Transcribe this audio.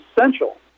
essential